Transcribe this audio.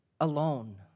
alone